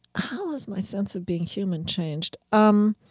how has my sense of being human changed? um